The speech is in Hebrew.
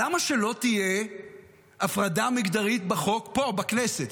למה שלא תהיה הפרדה מגדרית בחוק פה בכנסת?